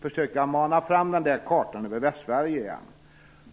försöka man fram den där kartan över Västsverige igen.